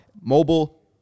Mobile